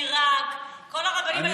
בעיראק כל הרבנים האלה.